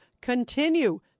continue